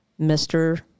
Mr